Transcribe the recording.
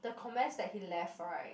the comments that he left right